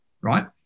right